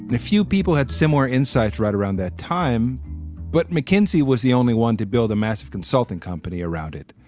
and a few people had similar insights right around that time but mckinsey was the only one to build a massive consulting company around it.